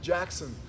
Jackson